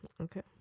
okay